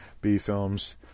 B-films